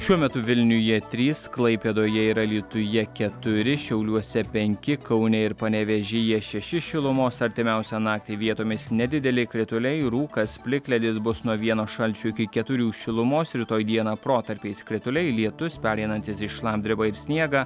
šiuo metu vilniuje trys klaipėdoje ir alytuje keturi šiauliuose penki kaune ir panevėžyje šeši šilumos artimiausią naktį vietomis nedideli krituliai rūkas plikledis bus nuo vieno šalčio iki keturių šilumos rytoj dieną protarpiais krituliai lietus pereinantis į šlapdribą ir sniegą